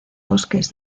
bosques